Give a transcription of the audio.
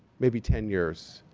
maybe ten years.